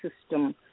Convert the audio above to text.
system